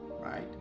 right